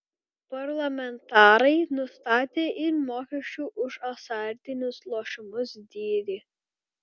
parlamentarai nustatė ir mokesčių už azartinius lošimus dydį